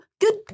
good